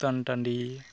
ᱥᱩᱛᱟᱱ ᱴᱟᱺᱰᱤ